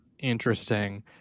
interesting